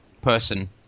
person